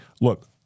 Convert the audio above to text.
look